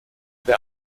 der